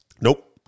Nope